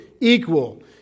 equal